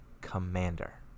commander